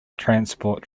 transport